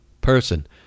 person